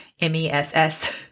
M-E-S-S